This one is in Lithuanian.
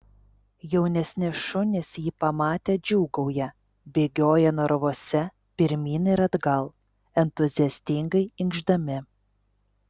jaunesni šunys jį pamatę džiūgauja bėgioja narvuose pirmyn ir atgal entuziastingai inkšdami